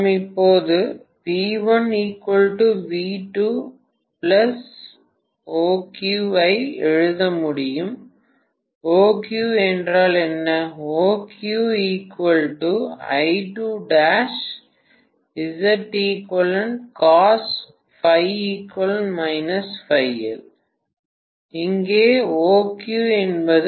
எனவே நான் இப்போது V1 V2 OQ ஐ எழுத முடியும் OQ என்றால் என்ன